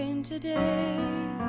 Today